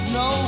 no